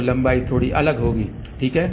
तो लंबाई थोड़ी अलग होगी ठीक है